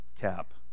cap